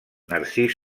narcís